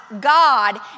God